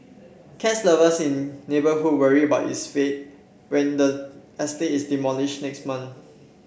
cats lovers in neighbourhood worry about its fate when the estate is demolished next month